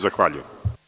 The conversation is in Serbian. Zahvaljujem.